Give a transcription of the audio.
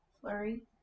Flurry